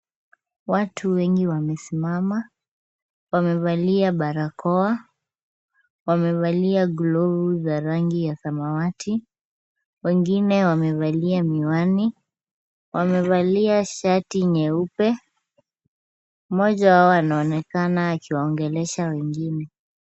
Watu wengi wamesimama, wamevalia barakoa, wamevalia glovu za rangi ya samawati wengine wamevalia miwani. Wamevalia shati nyeupe, mmoja wao anaonekana akiwaongelesha wengine.